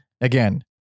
Again